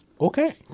Okay